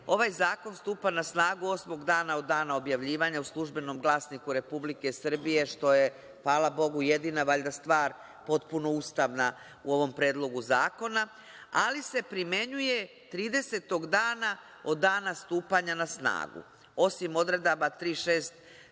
ovaj zakon stupa na snagu osmog dana od dana objavljivanja u Službenom glasniku RS, što je, hvala Bogu, jedina, valjda, stvar potpuno ustavna u ovom predlogu zakona, ali se primenjuje 30. dana od dana stupanja na snagu, osim odredaba 3,